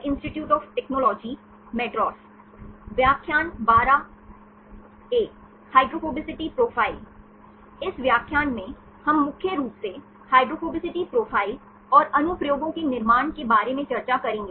इस व्याख्यान में हम मुख्य रूप से हाइड्रोफोबिसिटी प्रोफाइल और अनुप्रयोगों के निर्माण के बारे में चर्चा करेंगे